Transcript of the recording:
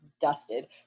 dusted